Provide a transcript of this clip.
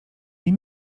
nie